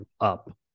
up